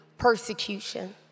persecution